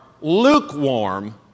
lukewarm